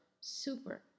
super